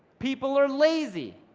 people are lazy,